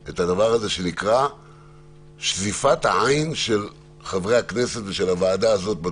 את הדבר שנקרא שפיפת העין של חברי הכנסת ושל הוועדה הזאת.